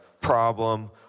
problem